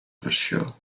verschil